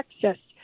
Texas